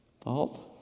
fault